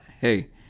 hey